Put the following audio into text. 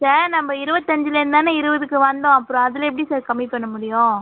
sir நம்ம இருபத்தஞ்சிலேர்ந்தான இருபதுக்கு வந்தோம் அப்றம் அதில் எப்படி சார் கம்மி பண்ண முடியும்